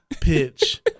pitch